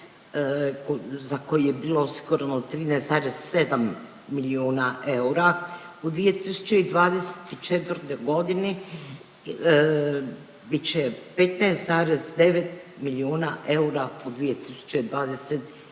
za koji je bilo skoro 13,7 milijuna eura, u 2024. godini bit će 15,9 milijuna eura u 2025. godini,